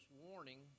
warning